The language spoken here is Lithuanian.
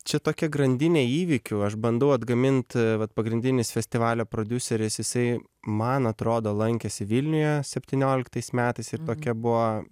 čia tokia grandinė įvykių aš bandau atgamint vat pagrindinis festivalio prodiuseris jisai man atrodo lankėsi vilniuje septynioliktais metais ir tokia buvo